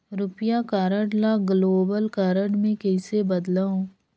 रुपिया कारड ल global card मे कइसे बदलव?